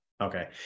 Okay